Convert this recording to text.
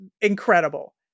incredible